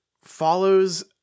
follows